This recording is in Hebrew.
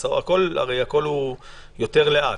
הכול יותר לאט.